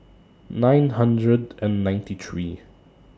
nine hundred and ninety three